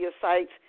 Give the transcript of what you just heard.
sites